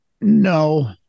No